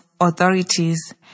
authorities